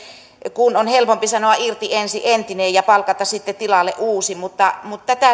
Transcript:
kun on helpompi sanoa irti ensin entinen ja palkata sitten tilalle uusi mutta mutta